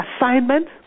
assignment